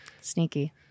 Sneaky